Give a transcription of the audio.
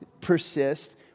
persist